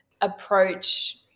approach